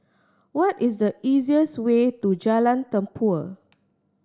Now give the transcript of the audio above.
what is the easiest way to Jalan Tempua